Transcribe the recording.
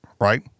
right